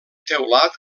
teulat